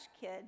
kid